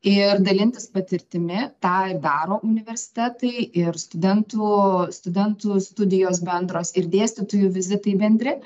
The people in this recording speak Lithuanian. ir dalintis patirtimi tą daro universitetai ir studentų studentų studijos bendros ir dėstytojų vizitai bendri